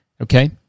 Okay